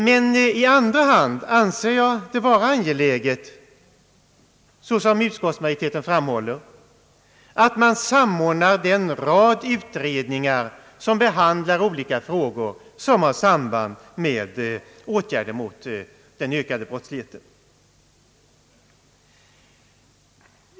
Men i andra hand anser jag det vara angeläget, såsom <utskottsmajoriteten framhåller, att man samordnar den rad utredningar som behandlar olika frågor, vilka har samband med åtgärder mot den ökade brottsligheten.